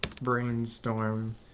brainstorm